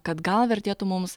kad gal vertėtų mums